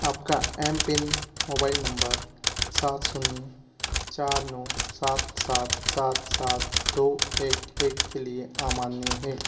आपका M pin mobile number सात शून्य चार नौ सात सात सात सात दो एक एक के लिए अमान्य है